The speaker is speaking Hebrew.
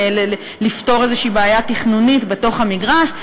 לפתור איזושהי בעיה תכנונית בתוך המגרש.